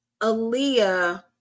Aaliyah